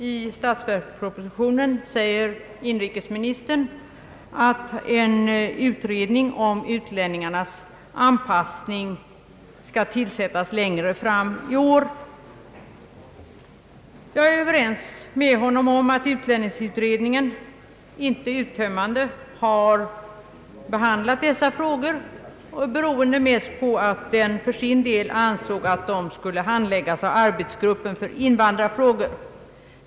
I statsverkspropositionen säger inrikesministern att en utredning om utlänningarnas anpassning skall tillsättas längre fram i år. Jag är överens med honom om att utlänningsutredningen inte uttömmande har behandlat dessa frågor, beroende mest på att den för sin del ansåg att de skulle handläggas av arbetsgruppen för invandrarfrågor.